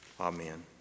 Amen